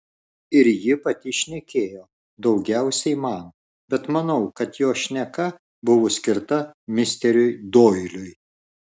ir ji pati šnekėjo daugiausiai man bet manau kad jos šneka buvo skirta misteriui doiliui